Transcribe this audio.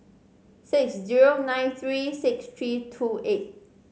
six zero nine three six three two eight